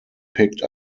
picked